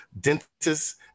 dentists